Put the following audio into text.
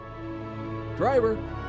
Driver